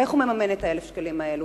איך הוא מממן את 1,000 השקלים האלה?